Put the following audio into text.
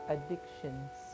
addictions